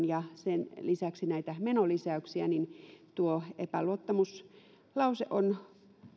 ja sen lisäksi on näitä menolisäyksiä joten tuo epäluottamuslause on